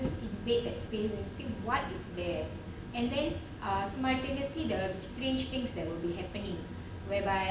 it's great that space in sing what is there and then ask my previously the strange things that will be happening whereby